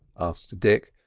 asked dick,